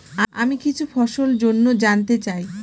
আমি কিছু ফসল জন্য জানতে চাই